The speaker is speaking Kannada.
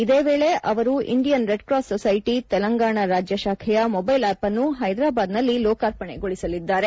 ಇದೇ ವೇಳಿ ಅವರು ಇಂಡಿಯನ್ ರೆಡ್ಕ್ರಾಸ್ ಸೊಸೈಟಿ ತೆಲಂಗಾಣ ರಾಜ್ಯ ಶಾಖೆಯ ಮೊಬೈಲ್ ಅಪ್ನ್ನು ಹೈದರಾಬಾದ್ನಲ್ಲಿ ಲೋಕಾರ್ಪಡೆಗೊಳಿಸಲಿದ್ದಾರೆ